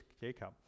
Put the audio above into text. Jacob